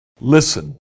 Listen